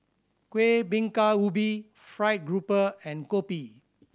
Kuih Bingka Ubi fried grouper and kopi